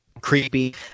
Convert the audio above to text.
creepy